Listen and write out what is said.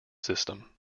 system